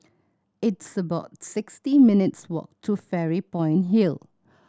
it's about sixty minutes walk to Fairy Point Hill